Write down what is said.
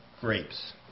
grapes